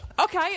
Okay